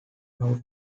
out